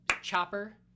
Chopper